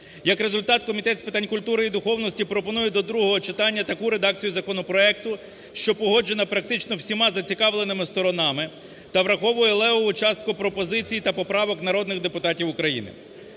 Як результат, Комітет з питань культури і духовності пропонує до другого читання таку редакцію законопроекту, що погоджена практично всіма зацікавленими сторонами та враховує левову частку пропозицій та поправок народних депутатів України.